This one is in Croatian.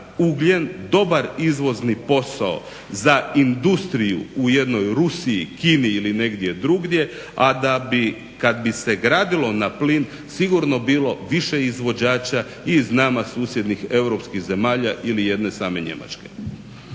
ugljen dobar izvozni posao za industriju u jednoj Rusiji, Kini ili negdje drugdje a da bi kada bi se gradilo na plin sigurno bilo više izvođača i iz nama susjednih europskih zemalja ili jedne same Njemačke.